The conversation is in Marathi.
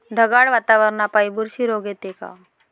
ढगाळ वातावरनापाई बुरशी रोग येते का?